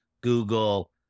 Google